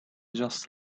just